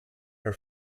her